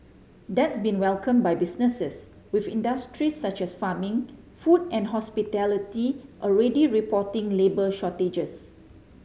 that's been welcomed by businesses with industries such as farming food and hospitality already reporting labour shortages